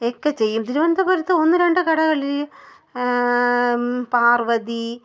ഒക്കെ ചെയ്യും തിരുവനന്തപുരത്ത് ഒന്നുരണ്ട് കടകളിൽ പാർവ്വതി